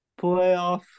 playoff